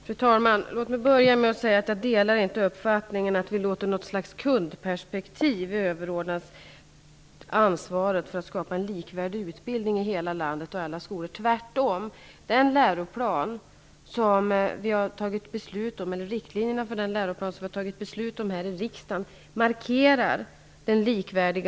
Fru talman! Låt mig börja med att säga att jag inte delar uppfattningen att vi låter något slags kundperspektiv överordnas ansvaret för att skapa en likvärdig utbildning i alla skolor i landet. Tvärtom markeras den likvärdiga skolan på ett mycket tydligt sätt i den läroplan som vi här i riksdagen har fattat beslut om.